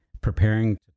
preparing